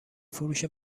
فروش